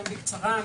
בקצרה.